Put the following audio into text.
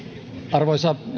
arvoisa